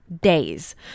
days